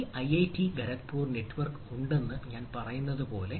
ഈ IIT Kharagpur network ഉണ്ടെന്ന് ഞാൻ പറയുന്നത് പോലെ